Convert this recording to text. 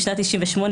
בשנת 1998,